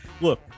Look